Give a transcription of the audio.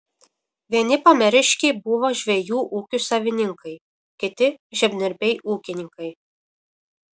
vieni pamariškiai būdavo žvejų ūkių savininkai kiti žemdirbiai ūkininkai